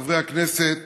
חברי הכנסת,